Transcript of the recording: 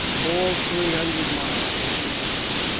all three hundred miles, answered reynolds.